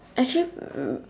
actually mm